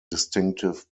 distinctive